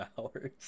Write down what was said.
hours